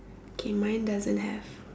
okay mine doesn't have